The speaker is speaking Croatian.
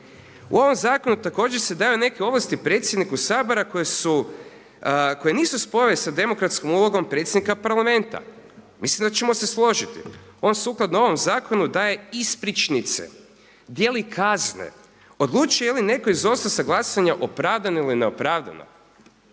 U ovom zakonu također se daju neke ovlasti predsjedniku Sabora koje nisu … sa demokratskom ulogom predsjednika Parlamenta, mislim da ćemo se složiti. On sukladno ovom zakonu daje ispričnice, dijeli kazne, odlučuje jeli netko izostao sa glasanja opravdano ili ne opravdano.